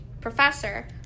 professor